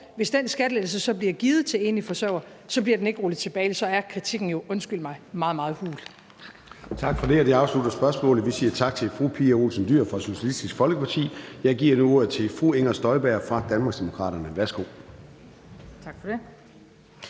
hvis den skattelettelse så bliver givet til enlige forsørgere, bliver den ikke rullet tilbage. Så er kritikken jo, undskyld mig, meget, meget hul. Kl. 13:13 Formanden (Søren Gade): Tak for det. Det afslutter spørgsmålet, og vi siger tak til fru Pia Olsen Dyhr fra Socialistisk Folkeparti. Jeg giver nu ordet til fru Inger Støjberg fra Danmarksdemokraterne. Værsgo. Kl.